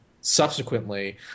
subsequently